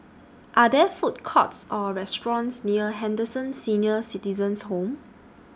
Are There Food Courts Or restaurants near Henderson Senior Citizens' Home